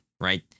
right